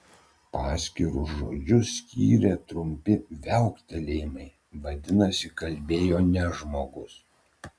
paskirus žodžius skyrė trumpi viauktelėjimai vadinasi kalbėjo ne žmogus